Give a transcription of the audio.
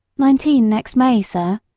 nineteen next may, sir.